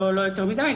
לא יותר מדי.